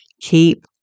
keep